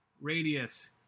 radius